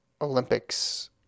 Olympics